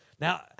Now